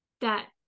that-